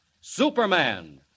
Superman